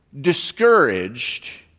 discouraged